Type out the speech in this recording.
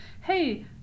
Hey